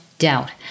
doubt